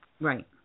Right